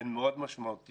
הן מאוד משמעותיות.